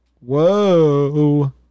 Whoa